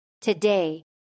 today